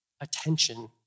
attention